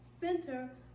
Center